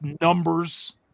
Numbers